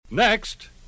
Next